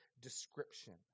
description